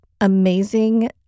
amazing